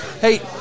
Hey